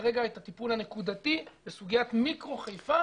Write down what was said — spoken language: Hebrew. את הטיפול הנקודתי בסוגיית מיקרו חיפה